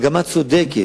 מגמה צודקת.